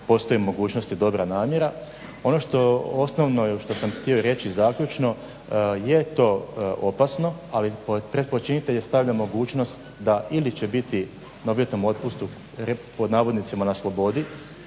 postoji mogućnost i dobra namjera. Ono što osnovno što sam htio reći i zaključno je to opasno ali pred počinitelje stavlja mogućnost ili će biti na uvjetnom otpustu "na slobodi"